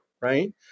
right